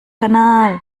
kanal